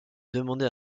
demander